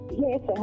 Yes